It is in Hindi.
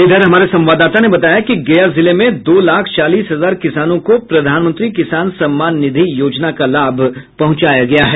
इधर हमारे संवाददाता ने बताया कि गया जिले में दो लाख चालीस हजार किसानों को प्रधानमंत्री किसान सम्मान निधि योजना का लाभ पहुंचाया गया है